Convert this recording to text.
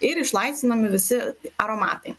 ir išlaisvinami visi aromatai